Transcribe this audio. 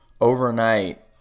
overnight